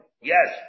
Yes